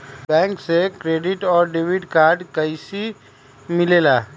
Bank से credit और debit card कैसी मिलेला?